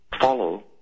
follow